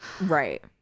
right